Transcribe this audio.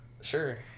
Sure